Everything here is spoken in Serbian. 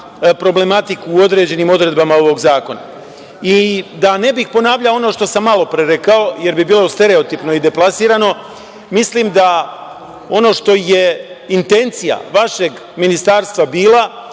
problematiku u određenim odredbama ovog zakona. Da ne bih ponavljao ono što sam malo pre rekao, jer bi bilo stereotipno i deplasirano, mislim da ono što je intencija vašeg Ministarstva bila